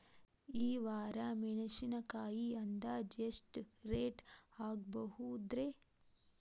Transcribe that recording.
ಈ ವಾರ ಮೆಣಸಿನಕಾಯಿ ಅಂದಾಜ್ ಎಷ್ಟ ರೇಟ್ ಆಗಬಹುದ್ರೇ?